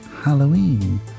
Halloween